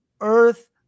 earth